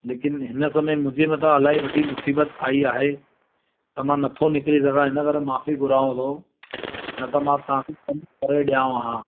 लेकिन हिन समय मुंहिंजे मथां इलाही वॾी मुसीबत आई आहे त मां नथो निकरी सघां हिन करे माफ़ी घुरांव थो न त मां तव्हांखे कमु करे ॾिया हा